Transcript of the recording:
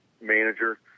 manager